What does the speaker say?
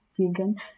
vegan